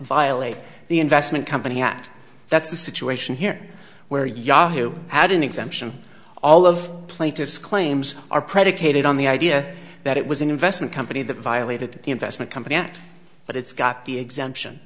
violate the investment company act that's the situation here where yahoo had an exemption all of plaintiffs claims are predicated on the idea that it was an investment company that violated the investment company act but it's got the exemption